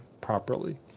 properly